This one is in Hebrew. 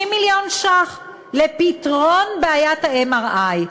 60 מיליון ש"ח לפתרון בעיית ה-MRI.